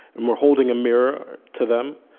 and we're holding a mirror to them.